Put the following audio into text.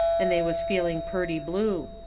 and they was feeling purty blue.